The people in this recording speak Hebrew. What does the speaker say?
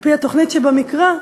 לפי התוכנית שבמקרא,